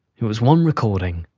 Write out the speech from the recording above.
it was one recording,